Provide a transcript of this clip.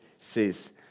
says